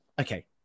Okay